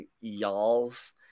y'alls